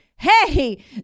hey